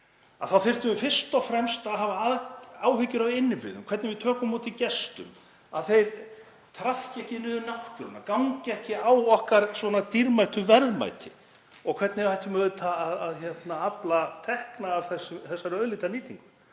þyrftum við fyrst og fremst að hafa áhyggjur af innviðum, hvernig við tökum á móti gestum, að þeir traðki ekki niður náttúruna, gangi ekki á okkar dýrmætu verðmæti og hvernig við ættum að afla tekna af þessari auðlindanýtingu